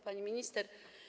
Pani Minister!